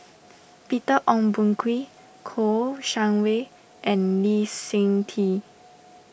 Peter Ong Boon Kwee Kouo Shang Wei and Lee Seng Tee